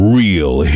real